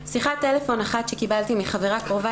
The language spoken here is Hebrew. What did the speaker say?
"שיחת טלפון אחת שקיבלתי מחברה קרובה